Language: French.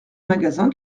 magasin